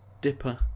dipper